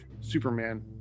Superman